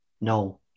no